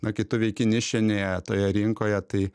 na kai tu veiki nišinėje toje rinkoje tai